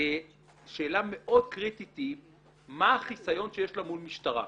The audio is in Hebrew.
שאלה מאוד קריטית היא מה החיסיון שיש לה מול משטרה.